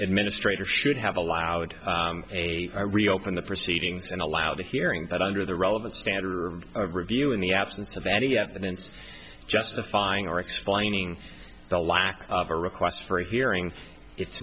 administrator should have allowed a reopen the proceedings and allow the hearing but under the relevant standard of review in the absence of any evidence justifying or explaining the lack of a request for a hearing it's